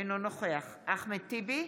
אינו נוכח אחמד טיבי,